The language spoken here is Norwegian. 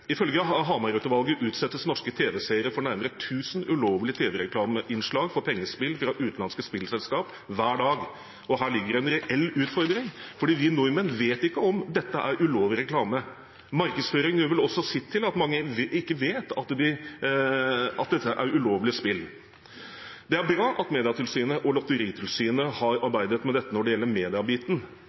Ifølge Hamar-utvalget utsettes norske tv-seere for nærmere 1 000 ulovlige tv-reklameinnslag for pengespill fra utenlandske spillselskap hver dag. Her ligger det en reell utfordring, for vi nordmenn vet ikke om dette er ulovlig reklame. Markedsføring gjør vel også sitt til at mange ikke vet at dette er ulovlige spill. Det er bra at Medietilsynet og Lotteri- og stiftelsestilsynet har arbeidet med dette når det gjelder mediebiten.